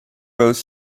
both